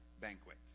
banquet